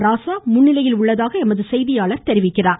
ராசா முன்னிலையில் உள்ளதாக எமது செய்தியாளர் தெரிவிக்கிறார்